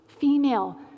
female